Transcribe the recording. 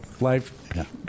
life